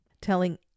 telling